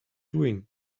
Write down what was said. doing